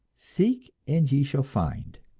seek and ye shall find,